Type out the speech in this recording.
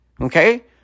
Okay